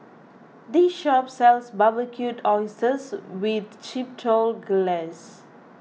this shop sells Barbecued Oysters with Chipotle Glaze